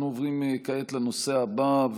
אנחנו עוברים כעת לנושא הבא,